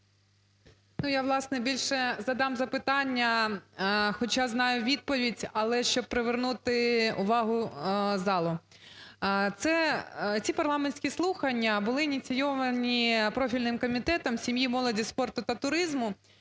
Я, власне, більше задам запитання, хоча знаю відповідь, але щоб привернути увагу залу. Ці парламентські слухання були ініційовані профільним Комітетом сім'ї, молоді, спорту та туризму.